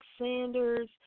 Sanders